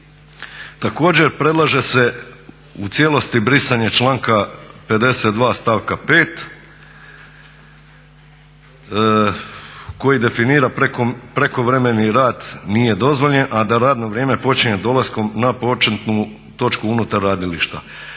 Također predlaže se u cijelosti brisanje članka 52.stavka 5.koji definira prekovremeni rad nije dozvoljen, a da radno vrijeme počinje dolaskom na početnu točku unutar radilišta.